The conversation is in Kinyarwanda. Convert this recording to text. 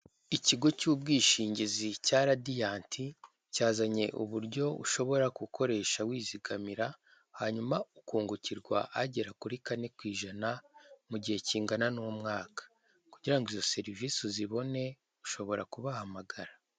Ikigo cy'ubwishingizi cya Radiyanti cyazanye uburyo ushobora gukoresha wizigamira hanyuma ukizigamira hanyuma ukungukirwa agera kuri kane ku ijana mu gihe kingana n'imwaka, kugira ngo izo serivise uzibone ushobora kubahamagara.